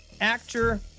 actor